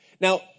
Now